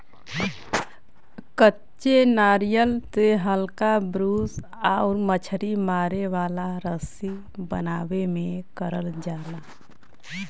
कच्चे नारियल से हल्का ब्रूस आउर मछरी मारे वाला रस्सी बनावे में करल जाला